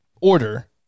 order